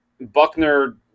Buckner